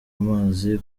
amazi